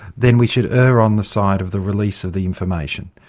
then we should err on the side of the release of the information.